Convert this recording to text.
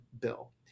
bill